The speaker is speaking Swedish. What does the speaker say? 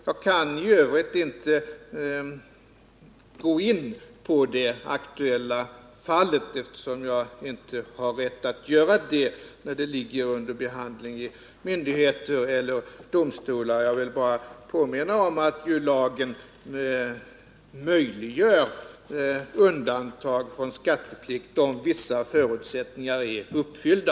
Jag kan i övrigt inte gå in på det aktuella fallet, eftersom jag inte har rätt att göra det när ett ärende ligger under behandling i myndighet eller domstol. Jag vill bara påminna om att lagen möjliggör undantag från skatteplikt om vissa förutsättningar är uppfyllda.